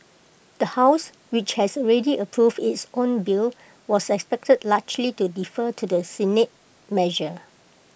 the house which has already approved its own bill was expected largely to defer to the Senate measure